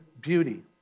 beauty